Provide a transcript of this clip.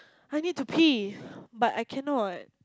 I need to pee but I cannot